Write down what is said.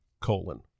colon